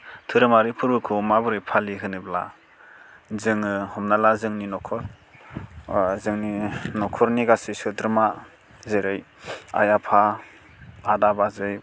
धोरोमारि फोर्बोखौ माबोरै फालियो होनोब्ला जोङो हमना ला जोंनि न'खर जोंनि न'खरनि गासै सोद्रोमा जेरै आइ आफा आदा बाजै